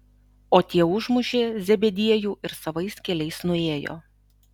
o tie užmušė zebediejų ir savais keliais nuėjo